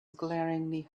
glaringly